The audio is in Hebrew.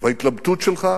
וההתלבטות שלך,